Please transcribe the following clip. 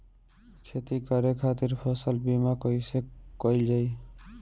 खेती करे के खातीर फसल बीमा कईसे कइल जाए?